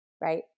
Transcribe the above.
right